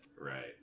Right